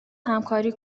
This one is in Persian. همکاری